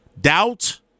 doubt